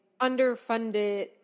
underfunded